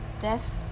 death